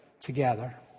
together